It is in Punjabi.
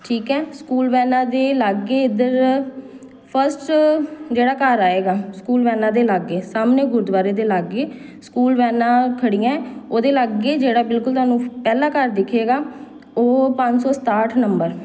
ਠੀਕ ਹੈ ਸਕੂਲ ਵੈਨਾਂ ਦੇ ਲਾਗੇ ਇੱਧਰ ਫਸਟ ਜਿਹੜਾ ਘਰ ਆਵੇਗਾ ਸਕੂਲ ਵੈਨਾਂ ਦੇ ਲਾਗੇ ਸਾਹਮਣੇ ਗੁਰਦੁਆਰੇ ਦੇ ਲਾਗੇ ਸਕੂਲ ਵੈਨਾਂ ਖੜੀਆਂ ਉਹਦੇ ਲਾਗੇ ਜਿਹੜਾ ਬਿਲਕੁਲ ਤੁਹਾਨੂੰ ਪਹਿਲਾਂ ਘਰ ਦਿਖੇਗਾ ਉਹ ਪੰਜ ਸੌ ਸਤਾਹਠ ਨੰਬਰ